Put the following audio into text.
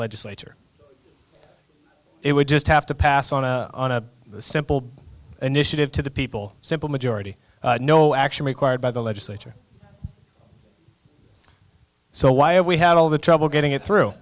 legislature it would just have to pass on a simple initiative to the people simple majority no action required by the legislature so while we had all the trouble getting it through